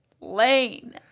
lane